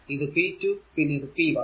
ഇത് p2 പിന്നെ ഇത് p 1